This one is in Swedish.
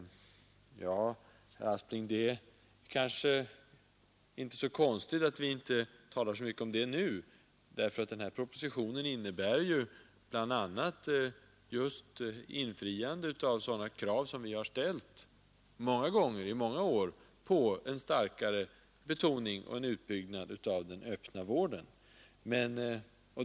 Ja, herr Aspling, det kanske inte är så konstigt, att vi inte talar så mycket om det nu. Den här propositionen innebär ju bl.a. infriande av de krav som vi har ställt tidigare under många år på en utbyggnad av den öppna vården.